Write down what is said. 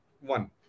One